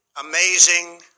amazing